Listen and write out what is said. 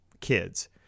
kids